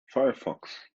firefox